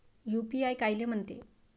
UPI कायले म्हनते?